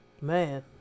Man